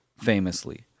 famously